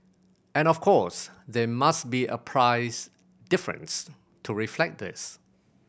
and of course there must be a price difference to reflect this